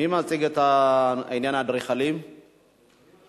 הצעת חוק משק החשמל (תיקון מס' 10),